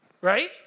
right